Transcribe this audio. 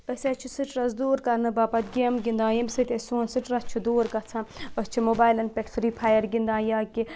أسۍ حظ چھِ سِٹرٛس دوٗر کَرنہٕ باپَتھ گیمہٕ گِنٛدان ییٚمہِ سۭتۍ سون سٹرٛس چھُ دوٗر گژھان أسۍ چھِ موبایلَن پٮ۪ٹھ فرٛی فَایَر گِنٛدان یا کہ